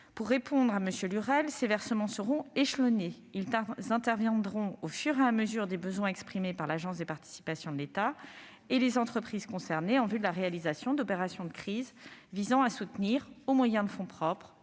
». Monsieur Lurel, ces versements seront échelonnés : ils interviendront au fur et à mesure des besoins exprimés par l'Agence des participations de l'État et les entreprises concernées en vue de la réalisation d'opérations de crise visant à soutenir, au moyen de fonds propres,